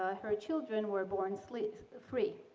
ah her children were born slate free.